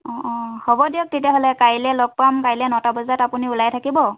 অঁ অঁ হ'ব দিয়ক তেতিয়াহ'লে কাইলৈ লগ পাম কাইলৈ নটা বজাত আপুনি ওলাই থাকিব